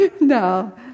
No